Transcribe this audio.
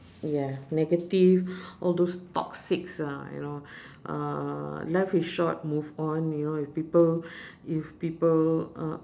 ya negative all those toxics ah you know uh life is short move on you know if people if people uh